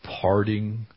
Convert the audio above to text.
parting